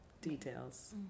Details